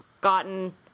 Gotten